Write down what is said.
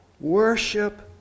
Worship